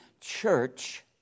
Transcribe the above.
church